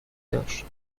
داشت